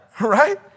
Right